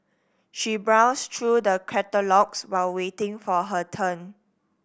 she browsed through the catalogues while waiting for her turn